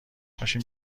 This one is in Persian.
پاشیم